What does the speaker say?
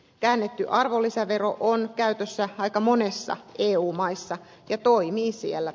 käännetty arvonlisävero on käytössä aika monissa eu maissa ja toimii siellä